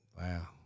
Wow